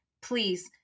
please